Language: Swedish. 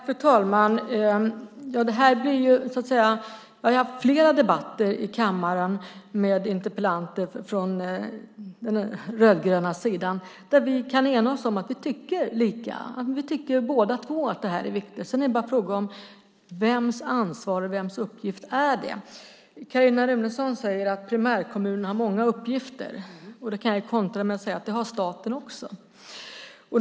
Fru talman! Jag har haft flera debatter i kammaren med interpellanter från den rödgröna sidan där vi kan enas om att vi tycker lika. Vi tycker båda två att det här är viktigt. Sedan är det bara fråga om vems ansvar och vems uppgift det är. Carin Runeson säger att primärkommunerna har många uppgifter. Då kan jag kontra med att säga att staten också har det.